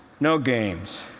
no games,